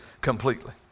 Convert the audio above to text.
completely